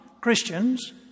Christians